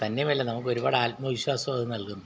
തന്നെയുമല്ല നമുക്കൊരുപാട് ആത്മവിശ്വാസവും അത് നൽകുന്നു